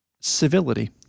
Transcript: civility